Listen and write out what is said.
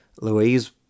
Louise